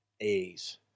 A's